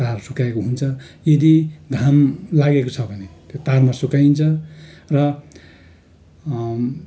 तार सुकाएको हुन्छ र यदि घाम लागेको छ भने त्यो तारमा सुकाइन्छ र